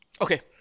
Okay